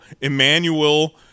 emmanuel